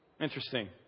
Interesting